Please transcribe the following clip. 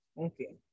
Okay